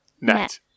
net